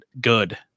good